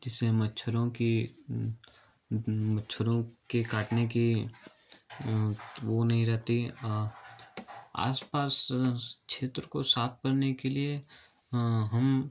जिससे मच्छरों की मच्छरों के काटने की वह नहीं रहती आस पास क्षेत्र को साफ करने के लिए हम